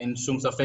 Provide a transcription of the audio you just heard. חבל מאוד.